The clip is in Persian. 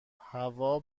هوا